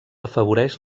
afavoreix